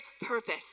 purpose